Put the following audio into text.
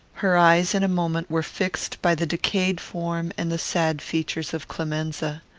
her eyes in a moment were fixed by the decayed form and the sad features of clemenza.